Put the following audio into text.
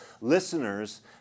listeners